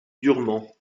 durement